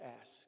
ask